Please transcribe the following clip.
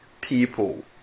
people